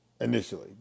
Initially